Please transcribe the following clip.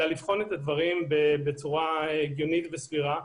אלא לבחון את הדברים בצורה הגיונית וסבירה.